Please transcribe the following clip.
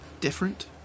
different